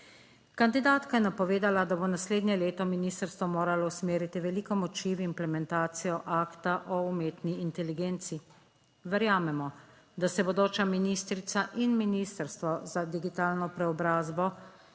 Kandidatka je napovedala, da bo naslednje leto ministrstvo moralo usmeriti veliko moči v implementacijo akta o umetni inteligenci. Verjamemo, da se bodoča ministrica in Ministrstvo za digitalno preobrazbo